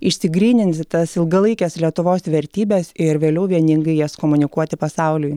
išsigryninti tas ilgalaikes lietuvos vertybes ir vėliau vieningai jas komunikuoti pasauliui